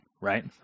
Right